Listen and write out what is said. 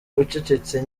ucecetse